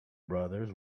brothers